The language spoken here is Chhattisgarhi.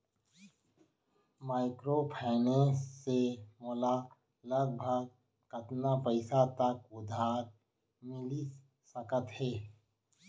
माइक्रोफाइनेंस से मोला लगभग कतना पइसा तक उधार मिलिस सकत हे?